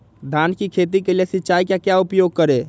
धान की खेती के लिए सिंचाई का क्या उपयोग करें?